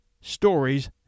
Stories